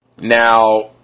Now